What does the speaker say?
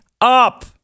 up